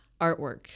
artwork